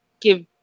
give